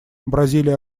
бразилия